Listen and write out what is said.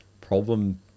problem